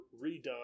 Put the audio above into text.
redone